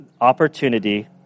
opportunity